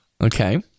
Okay